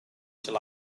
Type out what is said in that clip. july